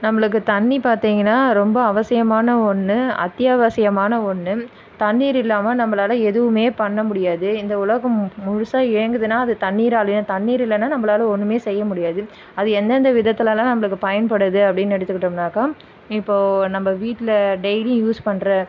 நம்பளுக்கு தண்ணி பார்த்தீங்கன்னா ரொம்ப அவசியமான ஒன்று அத்தியாவசியமான ஒன்று தண்ணீர் இல்லாமல் நம்பளால் எதுவுமே பண்ண முடியாது இந்த உலகம் மு முழுசாக இயங்குதுன்னா அது தண்ணீராலையும் தண்ணீர் இல்லைனா நம்மளால் ஒன்றுமே செய்ய முடியாது அது எந்தெந்த விதத்துலலாம் நம்பளுக்கு பயன்படுது அப்படின்னு எடுத்துக்கிட்டோம்னாக்கா இப்போ நம்ப வீட்டில் டெய்லியும் யூஸ் பண்ணுற